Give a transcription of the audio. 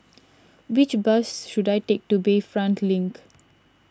which bus should I take to Bayfront Link